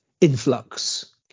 influx